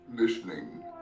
Listening